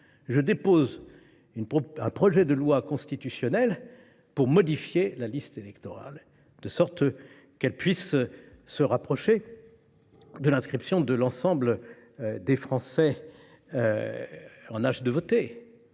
supplétif un projet de loi constitutionnelle visant à modifier la liste électorale, de sorte que celle ci puisse se rapprocher de l’inscription de l’ensemble des Français en âge de voter,